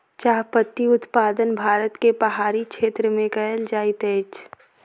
चाह पत्ती उत्पादन भारत के पहाड़ी क्षेत्र में कयल जाइत अछि